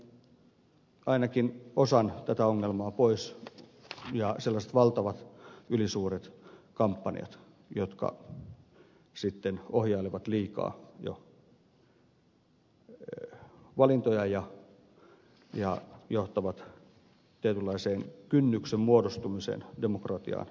tällä karsisimme ainakin osan tätä ongelmaa pois ja sellaiset valtavat ylisuuret kampanjat jotka sitten ohjailevat liikaa jo valintoja ja johtavat tietynlaiseen kynnyksen muodostumiseen demokratiaan ja ehdokkuuteen osallistumiseen